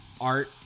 art